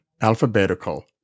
alphabetical